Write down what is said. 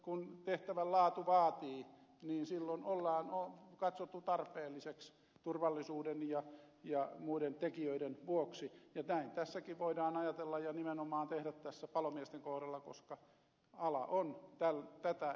kun tehtävän laatu vaatii niin silloin se on katsottu tarpeelliseksi turvallisuuden ja muiden tekijöiden vuoksi ja näin tässäkin voidaan ajatella ja nimenomaan tehdä tässä palomiesten kohdalla koska ala on tätä